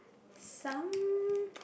some